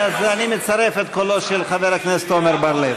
אני מצרף את קולו של חבר הכנסת עמר בר-לב.